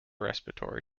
respiratory